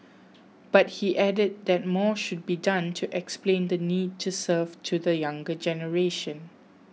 but he added that more should be done to explain the need to serve to the younger generation